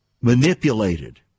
manipulated